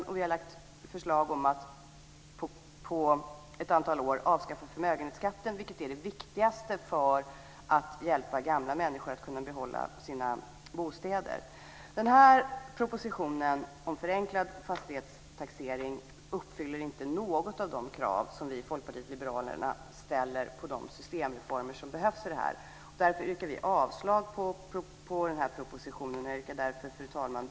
Och vi har väckt förslag om att under ett antal år avskaffa förmögenhetsskatten, vilket är det viktigaste för att hjälpa gamla människor att kunna behålla sina bostäder. Den här propositionen om förenklad fastighetstaxering uppfyller inte något av de krav som vi i Folkpartiet liberalerna ställer på de systemreformer som behövs i fråga om detta. Därför yrkar vi avslag på denna proposition. Fru talman!